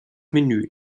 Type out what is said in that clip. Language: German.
menü